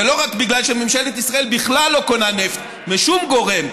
ולא רק בגלל שממשלת ישראל בכלל לא קונה נפט משום גורם,